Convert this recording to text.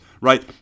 right